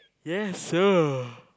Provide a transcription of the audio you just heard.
yes sir